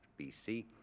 BC